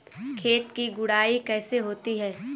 खेत की गुड़ाई कैसे होती हैं?